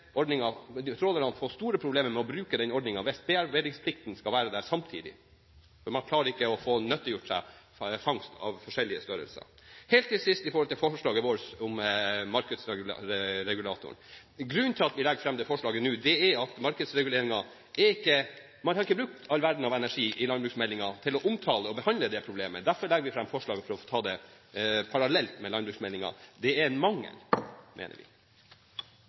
skal være der samtidig, for man klarer ikke å få nyttiggjort seg fangst av forskjellige størrelser. Helt til sist om forslaget vårt om markedsregulatoren: Grunnen til at vi legger fram det forslaget nå, er at man har ikke brukt all verdens energi i landbruksmeldingen til å omtale og behandle det problemet. Derfor legger vi fram forslaget, for å ta det parallelt med landbruksmeldingen. Det er en mangel, mener vi.